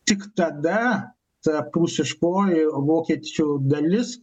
tik tada ta prūsiškoji vokiečių dalis